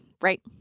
right